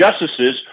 justices